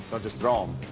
don't just throw em.